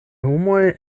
homoj